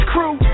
Crew